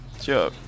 Sure